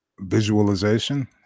Visualization